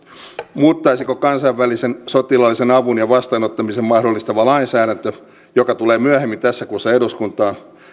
muuttaisiko kansainvälisen sotilaallisen avun ja vastaanottamisen mahdollistava lainsäädäntö joka tulee myöhemmin tässä kuussa eduskuntaan